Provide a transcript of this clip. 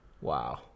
Wow